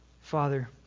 Father